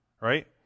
right